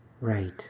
Right